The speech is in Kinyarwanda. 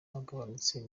bagabanutse